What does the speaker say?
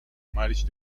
marge